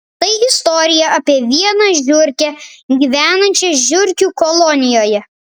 tai istorija apie vieną žiurkę gyvenančią žiurkių kolonijoje